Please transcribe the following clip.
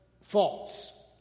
false